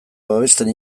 babesten